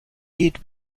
geht